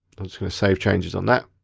i'm just gonna save changes on that.